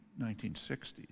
1960s